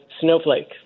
Snowflake